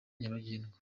nyabagendwa